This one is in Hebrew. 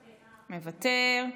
מוותר,